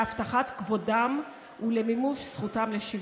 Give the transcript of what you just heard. להבטחת כבודם ולמימוש זכותם לשוויון.